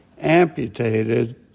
amputated